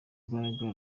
mbaraga